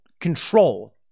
control